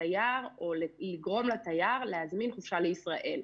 או לגרום לתייר להזמין חופשה לישראל.